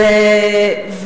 הנקודה ברורה.